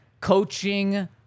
coaching